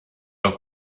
auf